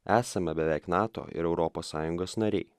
esame beveik nato ir europos sąjungos nariai